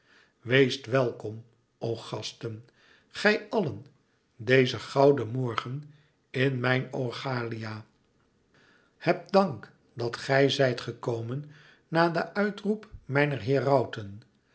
weest welkom o gasten gij allen dezen gouden morgen in mijn oichalia hebt dank dat gij zijt gekomen na den uitroep mijner herauten